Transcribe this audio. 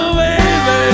baby